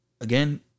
again—